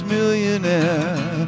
Millionaire